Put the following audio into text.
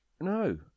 No